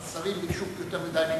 השרים ביקשו יותר מדי מיקרופונים.